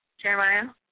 Jeremiah